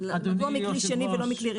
לשמוע מכלי שני ולא מכלי ראשון.